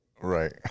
Right